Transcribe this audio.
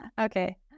Okay